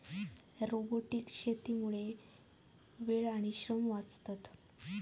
robotic शेतीमुळा वेळ आणि श्रम वाचतत